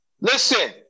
listen